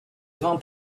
vins